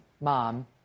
mom